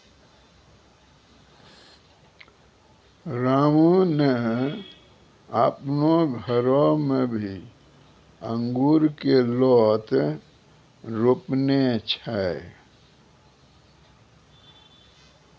रामू नॅ आपनो घरो मॅ भी अंगूर के लोत रोपने छै